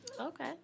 Okay